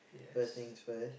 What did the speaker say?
first things first